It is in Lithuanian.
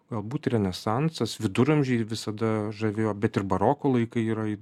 galbūt renesansas viduramžiai visada žavėjo bet ir baroko laikai yra